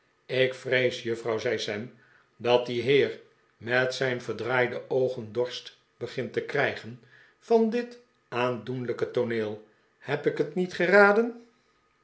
ik vrees juffrouw zei sam dat die heer met zijn verdraaide oogen dorst begint te krijgen van dit aandoenlijke tooneel heb ik het niet geraden